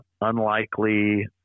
unlikely